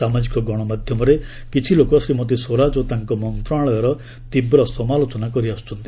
ସାମାଜିକ ଗଣମାଧ୍ୟମରେ କିଛି ଲୋକ ଶ୍ରୀମତି ସ୍ୱରାଜ ଓ ତାଙ୍କ ମନ୍ତ୍ରଣାଳୟର ତୀବ୍ର ସମାଲୋଚନା କରି ଆସ୍କଚ୍ଚନ୍ତି